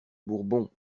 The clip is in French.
bourbons